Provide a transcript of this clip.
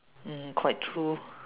mm quite true